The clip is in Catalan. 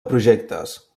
projectes